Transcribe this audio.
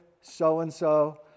so-and-so